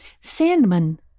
Sandman